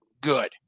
good